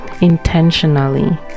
intentionally